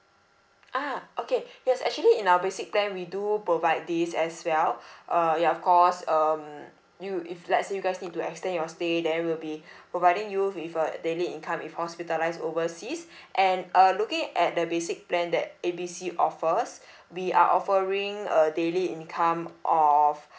ah okay yes actually in our basic plan we do provide this as well uh ya of course um you if let's say you guys need to extend your stay then will be providing you with a daily income if hospitalised overseas and err looking at the basic plan that A B C offers we are offering a daily income of